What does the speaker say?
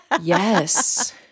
Yes